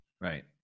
Right